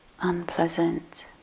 unpleasant